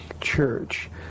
church